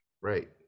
right